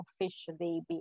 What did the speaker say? officially